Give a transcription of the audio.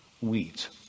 wheat